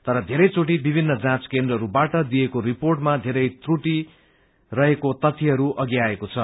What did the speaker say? तर धेरै चोटी विभिन्न जाँच केन्द्रहरूबाट दिइएको रिर्पोटमा धेरै त्रुटी रहेको तथ्यहरू अधि ाआएको छ